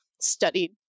studied